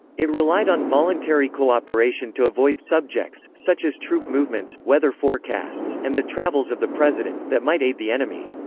it relied on voluntary cooperation to avoid subjects, such as troop movements, weather forecasts, and the travels of the president, that might aid the enemy.